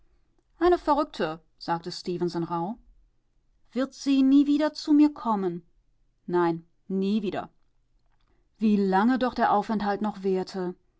eine verrückte sagte stefenson rauh wird sie nie wieder zu mir kommen nein nie wieder wie lange doch der aufenthalt noch währte